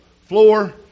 floor